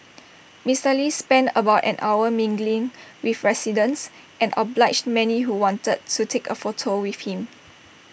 Mister lee spent about an hour mingling with residents and obliged many who wanted to take A photo with him